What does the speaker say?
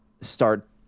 start